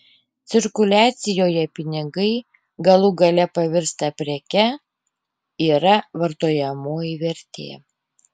cirkuliacijoje pinigai galų gale pavirsta preke yra vartojamoji vertė